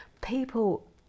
People